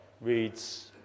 reads